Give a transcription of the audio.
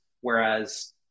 Whereas